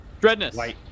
Dreadness